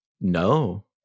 No